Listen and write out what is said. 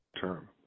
term